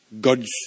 God's